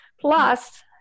Plus